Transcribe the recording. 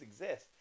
exist